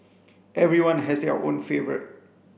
everyone has their own favourite